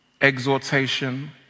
exhortation